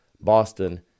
Boston